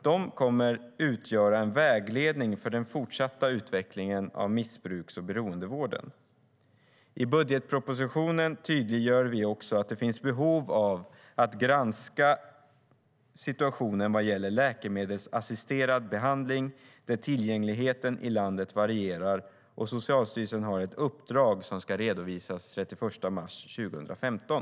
I budgetpropositionen tydliggör vi att det finns behov av att granska situationen vad gäller läkemedelsassisterad behandling där tillgängligheten i landet varierar, och Socialstyrelsen har ett uppdrag som ska redovisas den 31 mars 2015.